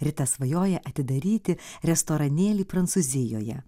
rita svajoja atidaryti restoranėlį prancūzijoje